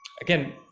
again